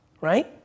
right